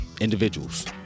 individuals